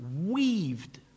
weaved